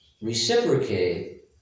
reciprocate